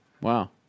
Wow